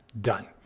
Done